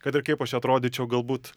kad ir kaip aš čia atrodyčiau galbūt